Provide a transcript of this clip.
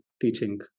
teaching